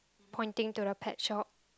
pointing to the pet shop